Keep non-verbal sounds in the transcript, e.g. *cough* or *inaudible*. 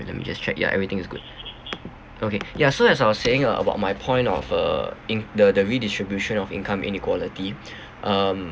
let me just check ya everything is good okay ya as I was saying uh about my point of uh in~ the the redistribution of income inequality *breath* um